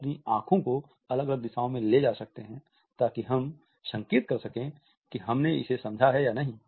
हम अपनी आंखों को अलग अलग दिशाओं में ले जा सकते हैं ताकि हम यह संकेत कर सकें कि हमने इसे समझा है या नहीं